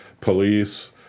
police